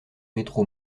métro